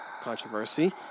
controversy